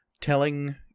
telling